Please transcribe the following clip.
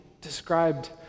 described